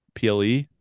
ple